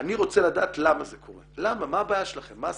אני רוצה למה זה קורה, מה הבעיה שלכם, מה הסיפור.